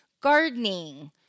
gardening